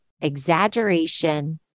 exaggeration